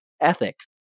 ethics